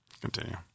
Continue